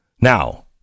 Now